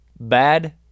Bad